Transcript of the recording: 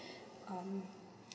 um